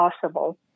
possible